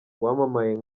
wamamaye